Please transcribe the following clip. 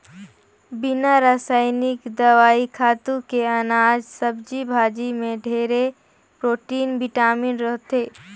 बिना रसइनिक दवई, खातू के अनाज, सब्जी भाजी में ढेरे प्रोटिन, बिटामिन रहथे